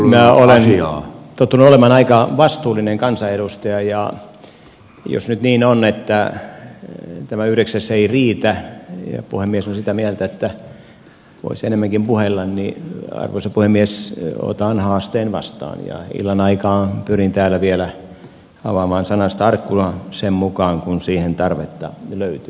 minä olen tottunut olemaan aika vastuullinen kansanedustaja ja jos nyt niin on että tämä yhdeksäs ei riitä ja puhemies on sitä mieltä että voisi enemmänkin puhella niin arvoisa puhemies otan haasteen vastaan ja illan aikaan pyrin täällä vielä avaamaan sanaista arkkua sen mukaan kun siihen tarvetta löytyy